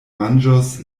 manĝos